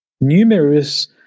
numerous